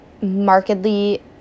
markedly